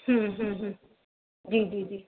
हूं हूं हूं जी जी जी